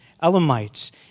Elamites